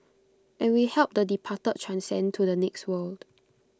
and we help the departed transcend to the next world